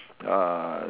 uh